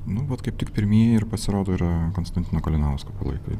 nu vat kaip tik pirmieji ir pasirodo yra konstantino kalinausko palaikai